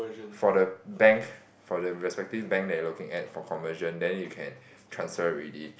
for the bank for the respective bank that you're looking at for conversion then you can transfer already